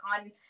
on